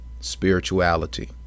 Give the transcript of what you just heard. Spirituality